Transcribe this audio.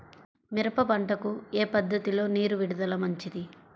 మిరప పంటకు ఏ పద్ధతిలో నీరు విడుదల మంచిది?